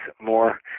more